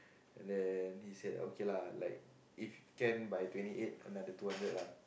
and then he said okay lah like if can by twenty eight another two hundred lah